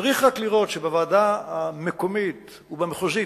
צריך רק לראות שבוועדה המקומית ובמחוזית,